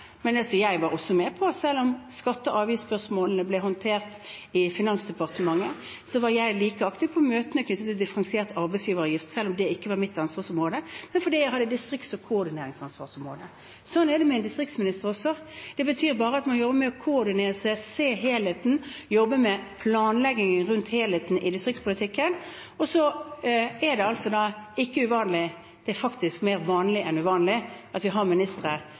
Selv om skatte- og avgiftsspørsmålene ble håndtert i Finansdepartementet, var jeg, fordi jeg hadde et distrikts- og koordineringsansvarsområde, like aktiv på møtene knyttet til differensiert arbeidsgiveravgift selv om det ikke var mitt ansvarsområde. Slik er det med en distriktsminister også. Det betyr at man jobber med å koordinere, med å se helheten, jobber med planleggingen rundt helheten i distriktspolitikken. Det er altså ikke uvanlig – faktisk mer vanlig enn uvanlig – at vi har ministre